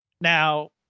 Now